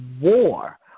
War